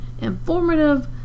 informative